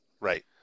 Right